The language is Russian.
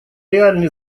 реальный